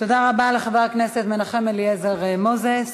תודה רבה לחבר הכנסת מנחם אליעזר מוזס.